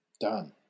Done